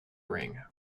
ring